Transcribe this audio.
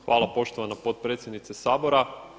Hvala poštovana potpredsjednice Sabora.